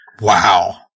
Wow